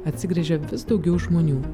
atsigręžia vis daugiau žmonių